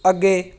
ਅੱਗੇ